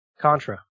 Contra